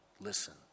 listen